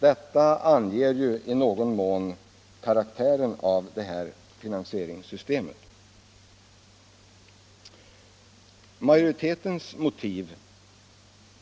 Detta anger ju i någon mån karaktären av det här finansieringssystemet.